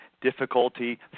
difficulty